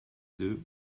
deux